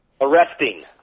Arresting